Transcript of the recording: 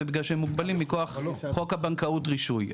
בגלל שהם מוגבלים מחוק חוק הבנקאות רישוי.